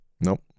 Nope